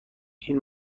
این